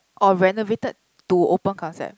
or renovated to open concept